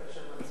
יהיה